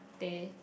teh